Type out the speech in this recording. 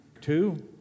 Two